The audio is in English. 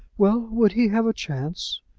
well, would he have a chance?